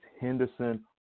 Henderson